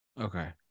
Okay